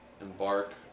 embark